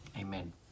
amen